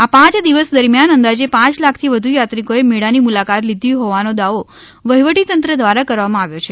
આ પાંચ દિવસ દરમિયાન અંદાજે પાંચ લાખથી વધુ યાત્રિકોએ મેળાની મુલાકાત લીધી હોવાનો દાવો વહીવટીતંત્ર દ્વારા કરવામાં આવ્યો છે